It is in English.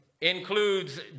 includes